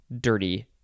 dirty